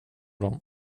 dem